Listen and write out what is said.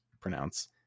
pronounce